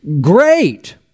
Great